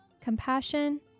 Compassion